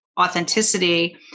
authenticity